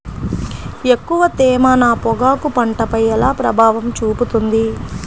ఎక్కువ తేమ నా పొగాకు పంటపై ఎలా ప్రభావం చూపుతుంది?